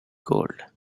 gold